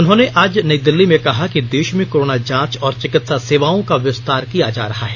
उन्होंने आज नई दिल्ली में कहा कि देश में कोरोना जांच और चिकित्सा सेवाओं का विस्तार किया जा रहा है